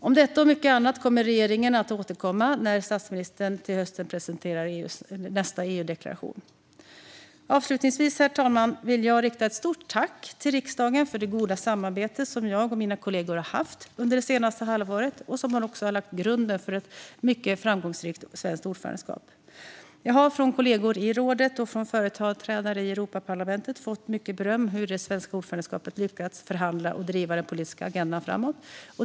Om detta och mycket annat kommer regeringen att återkomma när statsministern till hösten presenterar nästa EU-deklaration. Avslutningsvis, herr talman, vill jag rikta ett stort tack till riksdagen för det goda samarbete som jag och mina kollegor har haft under senaste halvåret. Det har också lagt grunden för ett mycket framgångsrikt svenskt ordförandeskap. Jag har från kollegor i rådet och från företrädare i Europaparlamentet fått mycket beröm för hur det svenska ordförandeskapet lyckats förhandla och driva den politiska agendan framåt.